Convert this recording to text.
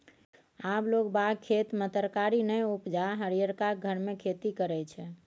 आब लोग बाग खेत मे तरकारी नै उपजा हरियरका घर मे खेती करय छै